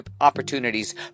opportunities